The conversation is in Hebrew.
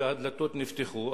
והדלתות נפתחו.